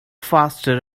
faster